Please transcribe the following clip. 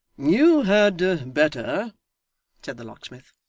you had better said the locksmith,